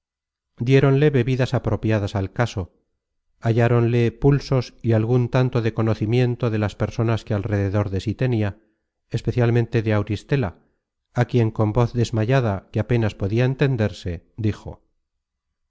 huesos diéronle bebidas apropiadas al caso halláronle pulsos y algun tanto de conocimiento de las personas que al rededor de sí tenia especialmente de auristela á quien con voz desmayada que apenas podia entenderse dijo